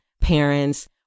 parents